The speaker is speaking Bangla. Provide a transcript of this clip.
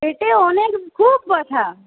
পেটে অনেক খুব ব্যথা